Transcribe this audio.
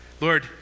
Lord